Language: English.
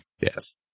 Yes